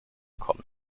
kommen